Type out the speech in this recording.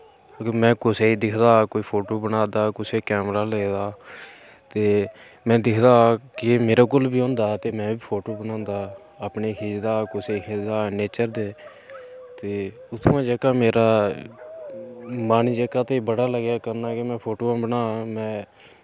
अगर में कुसै गी दिखदा हा कोई फोटू बना दा कुसै ई कैमरा लेदा ते में दिखदा हा कि मेरे कोल बी होंदा हा ते में बी फोटू बनांदा हा अपने खिचदा कुसै दे खिचदा नेच्चर दे ते उत्थुआं जेह्का मेरा मन जेह्का ते बड़ा लगा करन कि में फोटू बनांऽ में